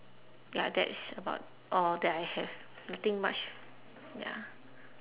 ya that's about all that I have nothing much wait ah